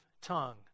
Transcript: tongue